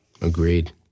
Agreed